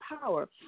power